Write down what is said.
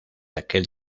aquel